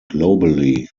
globally